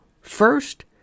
First